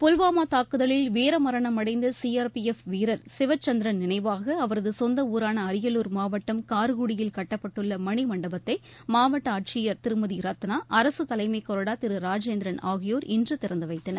புல்வாமா தாக்குதலில் வீரமரணம் அடைந்த சிஆர்பிஎஃப் வீரர் சிவச்சந்திரன் நினைவாக அவரது சொந்த ஊரான அரியலூர் மாவட்டம் கார்குடியில் கட்டப்பட்டுள்ள மணிமண்டபத்தை மாவட்ட ஆட்சியர் திருமதி ரத்னா அரசு தலைமை கொறடா திரு ராஜேந்திரன் ஆகியோர் இன்று திறந்துவைத்தனர்